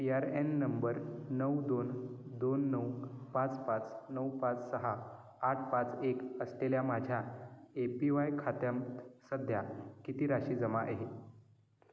P R N नंबर नऊ दोन दोन नऊ पाच पाच नऊ पाच सहा आठ पाच एक असलेल्या माझ्या ए पी वाय खात्यांत सध्या किती राशी जमा आहे